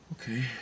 okay